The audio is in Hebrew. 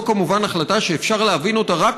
זו כמובן החלטה שאפשר להבין אותה רק